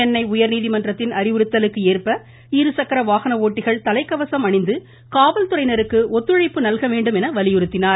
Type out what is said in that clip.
சென்னை உயர்நீதிமன்றத்தின் அறிவுறுத்தலுக்கு ஏற்ப இருசக்கர வாகன ஓட்டிகள் தலைக்கவசம் அணிந்து காவல்துறையினருக்கு ஒத்துழைப்பு நல்க வேண்டும் என வலியுறுத்தினார்